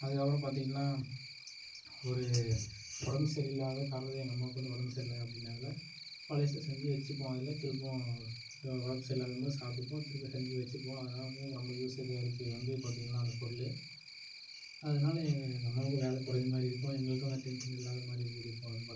அதுக்கப்புறம் பார்த்திங்கள்னா ஒரு உடம்பு சரியில்லாத காரணத்தில் எங்கள் அம்மாவுக்கு வந்து உடம்பு சரியில அப்படி நேரத்தில் பழசை செஞ்சு வச்சுப்போம் அதில் திருப்போம் உடம்பு சரியில்லாத போது சாப்பிட்டுப்போம் திருப்ப செஞ்சு வச்சுப்போம் அதனால வந்து எங்கள் ரொம்ப யூசேஜாக இருக்குது வந்து பார்த்திங்கள்னா அந்தப் பொருள் அதனால எங்கள் எங்கம்மாவுக்கு வேலை கொறைஞ்சமாதிரி இருக்கும் எங்களுக்கும் இந்த டென்ஷன் இல்லாதமாதிரி இருக்குது இப்போ வந்து பார்த்திங்கனா